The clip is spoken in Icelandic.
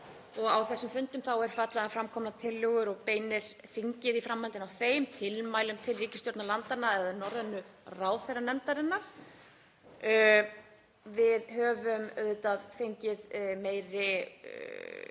Á þessum fundum er fjallað um fram komnar tillögur og beinir þingið í framhaldi af þeim tilmælum til ríkisstjórna landanna eða Norrænu ráðherranefndarinnar. Við höfum auðvitað fengið meiri